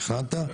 תכננת,